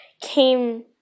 came